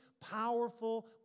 powerful